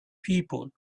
people